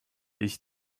ich